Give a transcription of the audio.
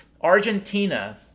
Argentina